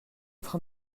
train